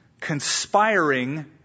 conspiring